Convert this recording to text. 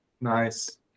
Nice